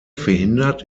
verhindert